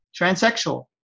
transsexual